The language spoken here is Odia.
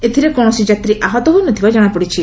ଏଥିରେ କୌଶସି ଯାତ୍ରୀ ଆହତ ହୋଇ ନ ଥିବା ଜଣାପଡ଼ିଛି